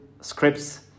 scripts